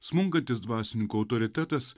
smunkantis dvasininkų autoritetas